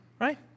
right